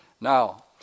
Now